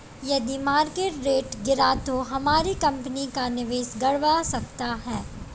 यदि market rate गिरा तो हमारी कंपनी का निवेश गड़बड़ा सकता है